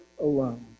alone